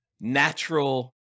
natural